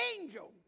angel